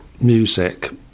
music